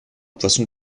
poisson